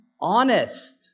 honest